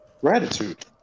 Gratitude